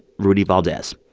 rudy valdez.